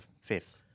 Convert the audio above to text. fifth